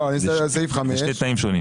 לא, אני מסתכל על סעיף 5. זה שני קטעים שונים.